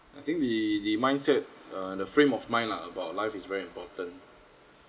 I think the the mindset uh the frame of mind lah about life is very important